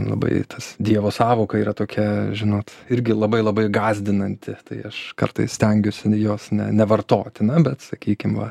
labai tas dievo sąvoka yra tokia žinot irgi labai labai gąsdinanti tai aš kartais stengiuosi ne jos ne nevartoti na bet sakykim va